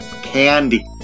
candy